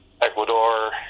Ecuador